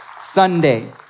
Sunday